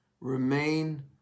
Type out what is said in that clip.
remain